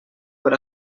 per